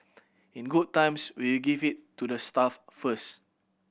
in good times we give it to the staff first